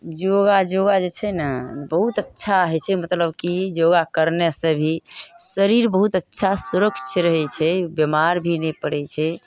योगा योगा जे छै ने बहुत अच्छा होइ छै मतलब की योगा करने से भी शरीर बहुत अच्छा सुरक्ष रहय छै बीमार भी नहि पड़य छै